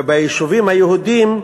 וביישובים היהודיים,